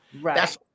Right